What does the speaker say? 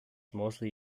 mostly